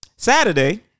Saturday